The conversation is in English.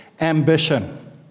ambition